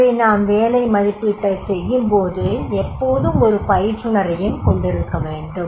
எனவே நாம் வேலை மதிப்பீட்டைச் செய்யும்போது எப்போதும் ஒரு பயிற்றுனரையும் கொண்டிருக்க வேண்டும்